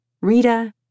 Rita